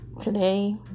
Today